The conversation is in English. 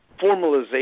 formalization